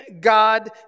God